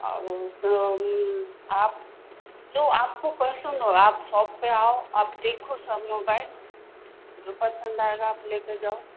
अब वो सम आप जो आपको पसंद हो आप शॉप पर आओ आप देखो सब मोबाइल जो पसंद आएगा आप ले कर जाओ